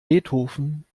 beethoven